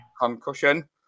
concussion